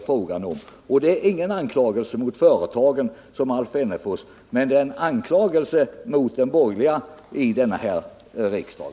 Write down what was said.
Detta är ingen anklagelse mot företagen, som Alf Wennerfors tror. Men det är en anklagelse mot de borgerliga i denna riksdag.